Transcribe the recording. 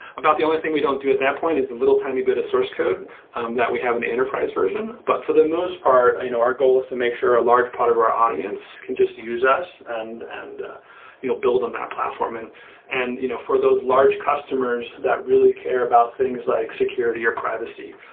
about the only thing we don't do that point is little tiny bit of source code um that we have in the enterprise version. but for the most part, you know our goal is to make sure a large part of our audience can just use us and and you know build on that platform. and and you know for those large customers that really care about things like security, or privacy,